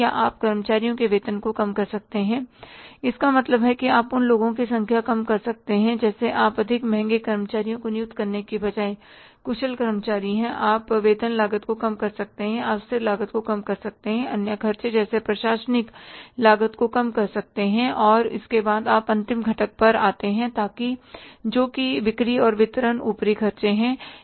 या आप कर्मचारियों के वेतन को कम कर सकते हैं इसका मतलब है कि आप उन लोगों की संख्या कम कर सकते हैं जैसे आप अधिक महंगे कर्मचारियों को नियुक्त करने के बजाय कुशल कर्मचारी हैं आप वेतन लागत को कम कर सकते हैं आप स्थिर लागत को कम कर सकते हैं अन्य खर्चे जैसे प्रशासनिक लागत को कम कर सकते हैं और उसके बाद आप अंतिम घटक पर आते हैं जोकि बिक्री और वितरण ऊपरी खर्चे है